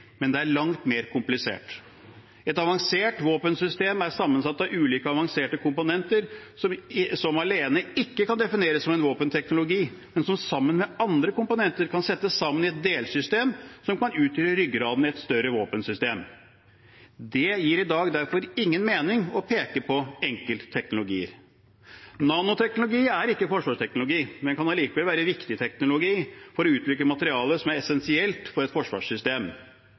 men det er langt mer komplisert. Et avansert våpensystem er sammensatt av ulike avanserte komponenter som alene ikke kan defineres som en våpenteknologi, men som sammen med andre komponenter kan settes sammen i et delsystem som kan utgjøre ryggraden i et større våpensystem. Det gir i dag derfor ingen mening å peke på enkeltteknologier. Nanoteknologi er ikke forsvarsteknologi. Den kan allikevel være viktig teknologi for å utvikle materialer som er essensielt for et forsvarssystem.